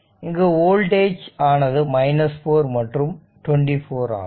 இங்கு வோல்டேஜ் ஆனது 4 மற்றும் 24 ஆகும்